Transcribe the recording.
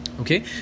okay